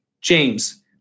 james